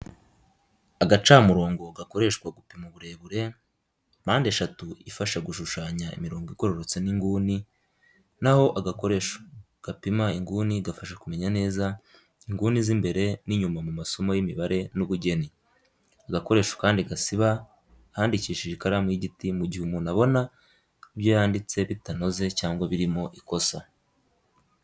Agacamurongo gakoreshwa gupima uburebure, mpande eshatu ifasha gushushanya imirongo igororotse n’inguni, na ho agakoresho gapima inguni gafasha kumenya neza inguni z’imbere n’inyuma mu masomo y’imibare n’ubugeni. Agakoresho kandi gasiba ahandikishije ikaramu y'igiti mu gihe umuntu abona ibyo yanditse bitanoze cyangwa birimo ikosa.